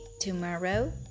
tomorrow